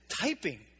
typing